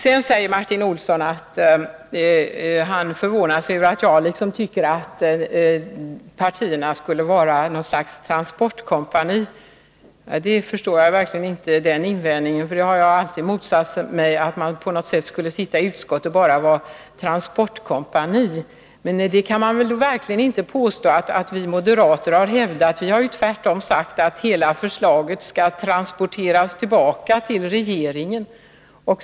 Sedan säger Martin Olsson att han förvånar sig över att jag tycker att partierna skulle liksom vara något slags transportkompani. Jag förstår verkligen inte den invändningen, för jag har alltid motsatt mig att man på något sätt skulle sitta i utskottet och bara ingå i ett transportkompani. Det kan man verkligen inte påstå att vi moderater har hävdat. Vi har tvärtom sagt att hela förslaget skall transporteras tillbaka till regeringen.